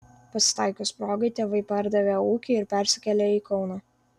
pasitaikius progai tėvai pardavė ūkį ir persikėlė į kauną